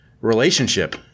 relationship